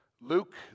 Luke